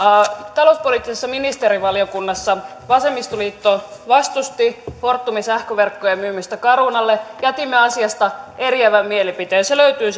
talouspoliittisessa ministerivaliokunnassa vasemmistoliitto vastusti fortumin sähköverkkojen myymistä carunalle jätimme asiasta eriävän mielipiteen se löytyy